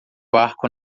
barco